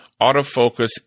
autofocus